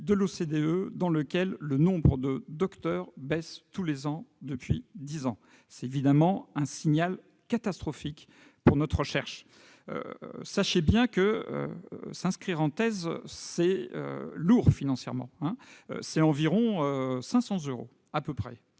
de l'OCDE dans lequel le nombre de docteurs baisse tous les ans depuis dix ans. C'est évidemment un signal catastrophique pour notre recherche. S'inscrire en thèse, c'est lourd financièrement, l'équivalent de 500 euros en